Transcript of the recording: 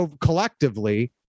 collectively